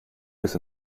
bis